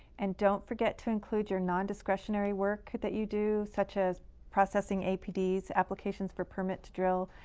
and don't forget to include your nondiscretionary work that you do, such as processing apd's, applications for permits to drill,